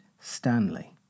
Stanley